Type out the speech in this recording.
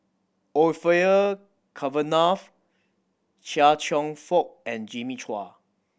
Orfeur Cavenagh Chia Cheong Fook and Jimmy Chua